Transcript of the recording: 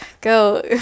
Go